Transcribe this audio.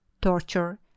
Torture